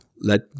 let